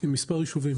עם מספר יישובים,